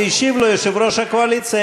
והשיב לו יושב-ראש הקואליציה,